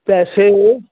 ਪੈਸੇ